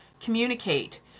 communicate